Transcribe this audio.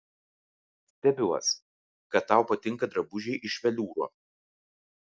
stebiuos kad tau patinka drabužiai iš veliūro